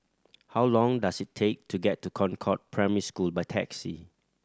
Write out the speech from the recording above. how long does it take to get to Concord Primary School by taxi